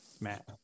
Matt